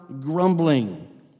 grumbling